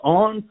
on